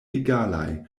egalaj